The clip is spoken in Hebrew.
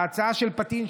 ההצעה של פטין,